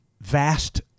vast